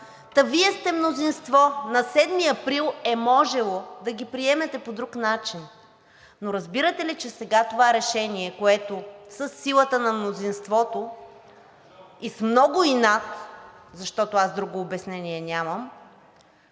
Та Вие сте мнозинство! На 7 април е можело да ги приемете по друг начин. Но разбирате ли, че с това решение, което със силата на мнозинството и с много инат, защото аз друго обяснение нямам,